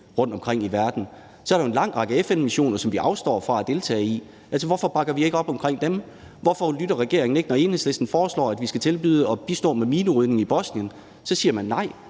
rundtomkring i verden, så er der jo en lang række FN-missioner, som vi afstår fra at deltage i. Hvorfor bakker vi ikke op omkring dem? Hvorfor lytter regeringen ikke, når Enhedslisten foreslår, at vi skal tilbyde at bistå med minerydning i Bosnien? Så siger man nej.